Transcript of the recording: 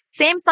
Samsung